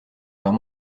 leurs